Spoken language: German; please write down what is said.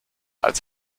als